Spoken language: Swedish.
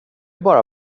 bara